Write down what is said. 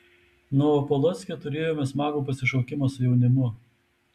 novopolocke turėjome smagų pasišokimą su jaunimu